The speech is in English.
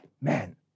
Man